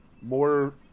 more